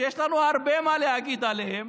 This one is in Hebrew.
שיש לנו מה להגיד עליהם,